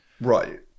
Right